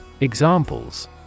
Examples